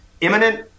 Imminent